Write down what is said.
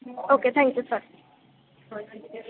okay thank you sir हो thank you